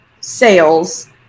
sales